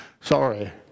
sorry